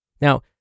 Now